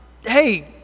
hey